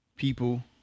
People